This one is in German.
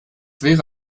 wäre